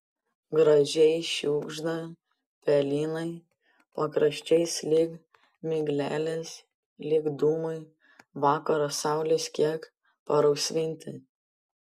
gražiai šiugžda pelynai pakraščiais lyg miglelės lyg dūmai vakaro saulės kiek parausvinti